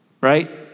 right